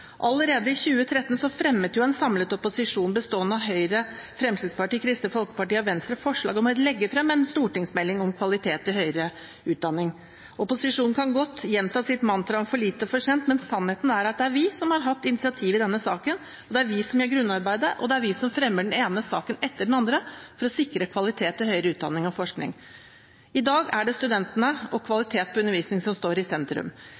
Allerede i 2013 fremmet en samlet opposisjon bestående av Høyre, Fremskrittspartiet, Kristelig Folkeparti og Venstre forslag om å legge frem en egen stortingsmelding om kvalitet i høyere utdanning. Opposisjonen kan godt gjenta sitt mantra om for lite og for sent, men sannheten er at det er vi som har hatt initiativet i denne saken, det er vi som gjør grunnarbeidet, og det er vi som fremmer den ene saken etter den andre for å sikre kvalitet i høyere utdanning og forskning. I dag er det studentene og kvalitet på undervisningen som står i sentrum.